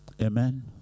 Amen